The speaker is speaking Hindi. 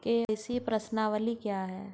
के.वाई.सी प्रश्नावली क्या है?